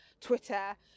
Twitter